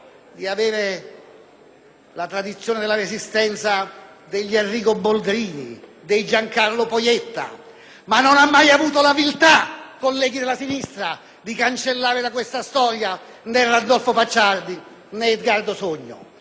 la tradizione della Resistenza degli Arrigo Boldrini, dei Giancarlo Pajetta, ma non ha mai avuto la viltà, colleghi della sinistra, di cancellare da questa storia né Randolfo Pacciardi né Edgardo Sogno. Ecco perché